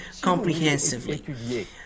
comprehensively